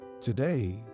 Today